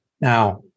Now